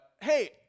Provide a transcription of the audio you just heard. hey